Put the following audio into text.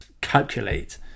calculate